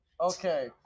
Okay